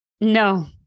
No